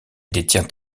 détient